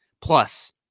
plus